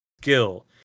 skill